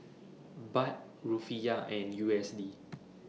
Baht Rufiyaa and U S D